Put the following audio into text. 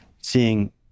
seeing